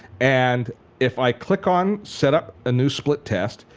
and if i click on set up a new split test,